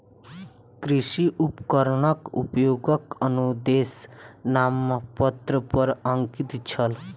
कृषि उपकरणक उपयोगक अनुदेश नामपत्र पर अंकित छल